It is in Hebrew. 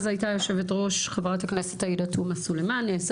אז הייתה יושבת הראש חברת הכנסת עאידה תומא סלימאן ונעשה